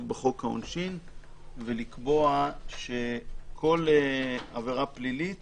בחוק העונשין ולקבוע שכל עבירה פלילית